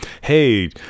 hey